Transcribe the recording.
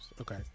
Okay